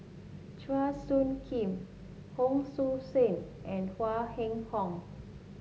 Chua Soo Khim Hon Sui Sen and Huang Wenhong